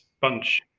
bunch